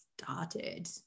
started